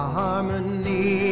harmony